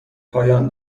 پایان